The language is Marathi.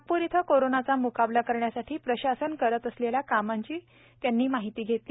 नागपूर इथं कोरोनाचा म्काबला करण्यासाठी प्रशासन करत असलेल्या कामांची त्यांनी माहितीही दिली